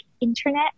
internet